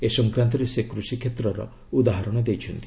ଏ ସଂକ୍ରାନ୍ତରେ ସେ କୃଷିକ୍ଷେତ୍ରର ଉଦାହରଣ ଦେଇଛନ୍ତି